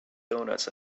donuts